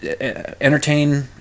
entertain